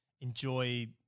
enjoy